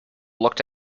looked